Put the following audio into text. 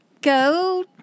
go